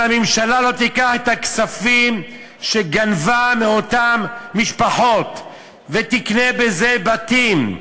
אם הממשלה לא תיקח את הכספים שגנבה מאותן משפחות ותקנה בזה בתים,